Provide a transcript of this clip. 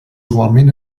igualment